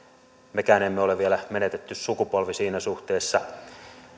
mekään emme ole vielä menetetty sukupolvi siinä suhteessa